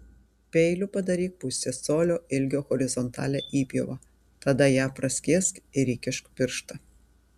peiliu padaryk pusės colio ilgio horizontalią įpjovą tada ją praskėsk ir įkišk pirštą